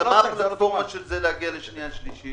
אז מה הפלטפורמה של זה להגיע לקריאה שנייה ושלישית,